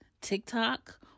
TikTok